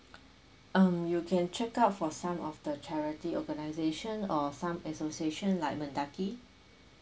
um you can check out for some of the charity organisation or some association like MENDAKI